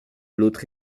l’autre